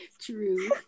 True